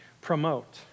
promote